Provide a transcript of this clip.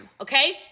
Okay